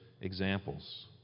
examples